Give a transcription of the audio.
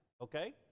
Okay